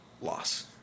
loss